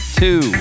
two